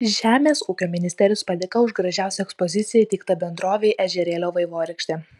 žemės ūkio ministerijos padėka už gražiausią ekspoziciją įteikta bendrovei ežerėlio vaivorykštė